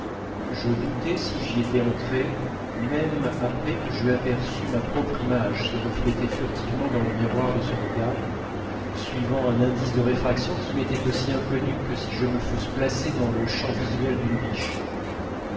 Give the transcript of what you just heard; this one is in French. je doutais si j'y étais entré même après que j'eus aperçu ma propre image se refléter furtivement dans le miroir de son regard suivant un indice de réfraction qui m'était aussi inconnu que si je me fusse placé dans le champ visuel d'une biche